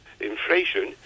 inflation